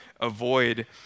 avoid